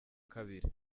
kabiri